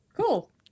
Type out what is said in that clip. cool